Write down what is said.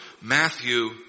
Matthew